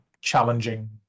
challenging